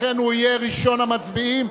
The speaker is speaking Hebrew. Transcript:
לכן הוא יהיה ראשון המצביעים,